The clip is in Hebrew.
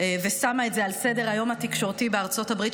ושמה את זה על סדר-היום התקשורתי בארצות הברית,